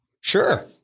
Sure